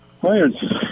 players